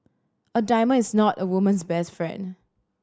a diamond is not a woman's best friend